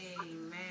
Amen